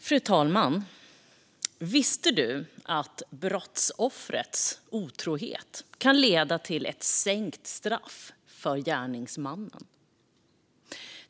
Fru talman! Visste du att brottsoffrets otrohet kan leda till sänkt straff för gärningsmannen?